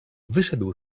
wyszedł